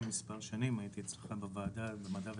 שנים הייתי אצלכם בוועדה למדע וטכנולוגיה.